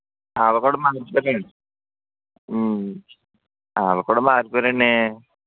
వాళ్ళు కూడా మన లిస్ట్లోకేనండి వాళ్ళు కూడా మారిపోయారు అండి